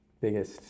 biggest